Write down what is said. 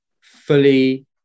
fully